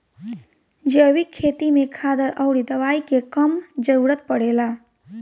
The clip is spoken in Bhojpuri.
जैविक खेती में खादर अउरी दवाई के कम जरूरत पड़ेला